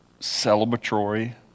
celebratory